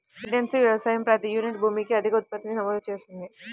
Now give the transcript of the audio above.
intensive వ్యవసాయం ప్రతి unit భూమికి అధిక ఉత్పత్తిని నమోదు చేసింది